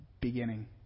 beginning